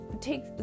take